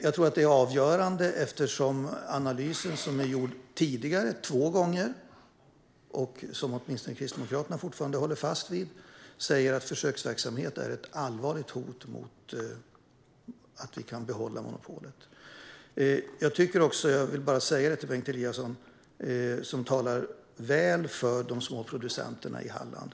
Jag tror att detta är avgörande eftersom den analys som tidigare är gjord, två gånger, och som åtminstone Kristdemokraterna fortfarande håller fast vid säger att försöksverksamhet är ett allvarligt hot mot att vi kan behålla monopolet. Bengt Eliasson talar väl för de små producenterna i Halland.